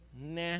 nah